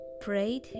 prayed